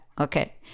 okay